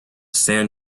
san